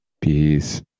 Peace